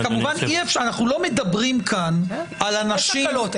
כמובן אנחנו לא מדברים כאן על אנשים --- יש הקלות,